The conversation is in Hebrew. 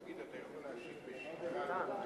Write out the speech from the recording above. תגיד, אתה יכול להשיב בשמך, מתן.